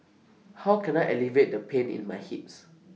how can I alleviate the pain in my hips